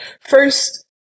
First